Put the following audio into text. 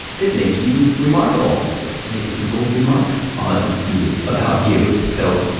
that make you remarkable, that make people remark on you, about you. so,